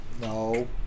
No